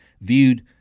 viewed